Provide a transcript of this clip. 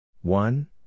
One